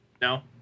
No